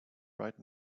right